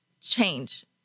change